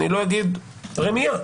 אני לא אגיד רמייה.